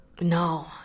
no